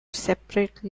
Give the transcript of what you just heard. separate